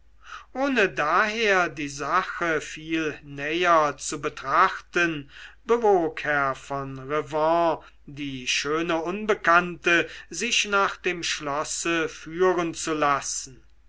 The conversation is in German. ohne daher die sache viel näher zu betrachten bewog herr von revanne die schöne unbekannte sich nach dem schlosse führen zu lassen